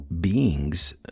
beings